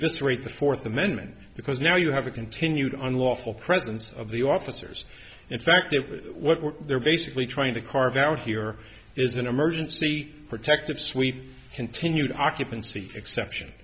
this rate the fourth amendment because now you have a continued unlawful presence of the officers in fact of what they're basically trying to carve out here is an emergency protective suite continued occupancy exception